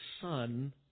Son